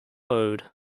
owed